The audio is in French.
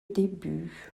début